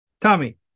Tommy